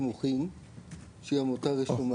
לא יודע.